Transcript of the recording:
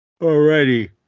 Alrighty